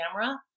camera